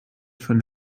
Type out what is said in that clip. von